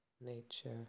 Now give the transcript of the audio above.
nature